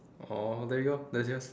orh there you go that's yours